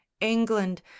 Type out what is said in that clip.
England